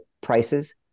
prices